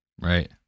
right